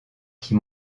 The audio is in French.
qui